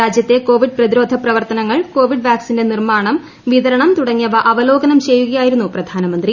രാജ്യത്തെ കോവിഡ് പ്രതിരോധ പ്രവർത്തനങ്ങൾ കോവിഡ് വാക്സിന്റെ നിർമ്മാണം വിതരണം തുടങ്ങിയവ അവലോകനം ചെയ്യുകയായിരുന്നു പ്രധാനമന്ത്രി